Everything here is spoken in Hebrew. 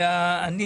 בשבוע שעבר,